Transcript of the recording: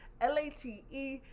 L-A-T-E